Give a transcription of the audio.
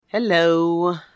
Hello